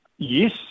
Yes